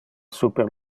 super